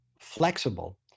flexible